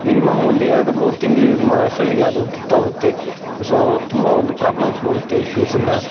minimum ಒಂದು ಎರಡು ಮೂರು ತಿಂಗ್ಳು ಯೂಸ್ ಮಾಡೋ ಅಷ್ಟರಲ್ಲಿಗೆ ಅದು ಕಿತ್ತೋಗುತ್ತೆ ಸೋ ತುಂಬ ಒಂದು ಪ್ರಾಬ್ಲಮ್ಸ್ ಬರುತ್ತೆ ಶೂಸಿಂದ